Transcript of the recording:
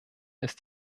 ist